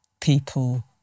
people